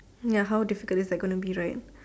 ya how difficult is like gonna be right